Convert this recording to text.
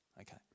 Okay